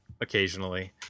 occasionally